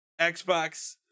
Xbox